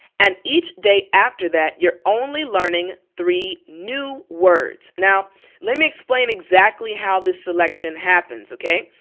and each day after that you're only learning three new words. now let me explain exactly how this selection happens, okay?